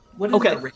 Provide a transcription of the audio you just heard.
Okay